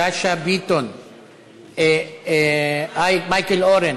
יפעת שאשא ביטון, מייקל אורן